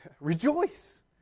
rejoice